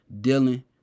Dylan